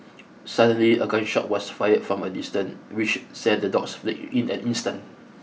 suddenly a gun shot was fired from a distance which sent the dogs fleeing in an instant